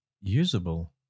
usable